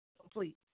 complete